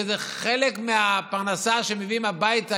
שזה חלק מהפרנסה שמביאים הביתה,